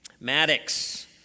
Maddox